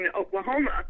Oklahoma